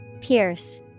Pierce